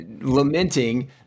Lamenting